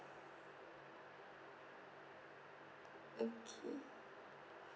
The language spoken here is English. okay